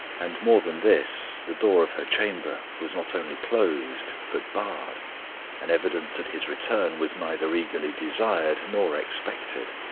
and more than this, the door of her chamber was not only closed, but barred an evidence that his return was neither eagerly desired nor expected.